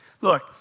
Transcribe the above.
Look